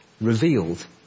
revealed